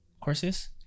courses